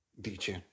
dice